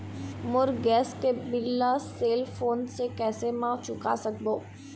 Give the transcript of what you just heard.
मोर gas के bill ला cell phone से कैसे म चुका सकबो?